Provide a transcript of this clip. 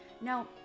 Now